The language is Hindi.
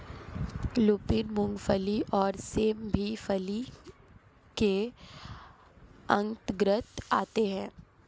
लूपिन, मूंगफली और सेम भी फली के अंतर्गत आते हैं